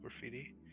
Graffiti